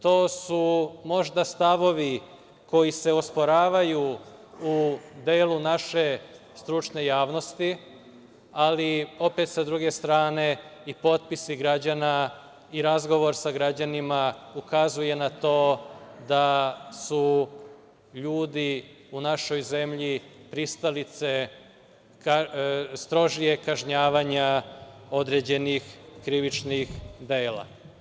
To su možda stavovi koji se osporavaju u delu naše stručne javnosti, ali opet sa druge strane i potpisi građana i razgovor sa građanima ukazuje na to da su ljudi u našoj zemlji pristalice strožijeg kažnjavanja određenih krivičnih dela.